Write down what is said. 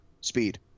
speed